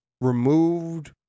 removed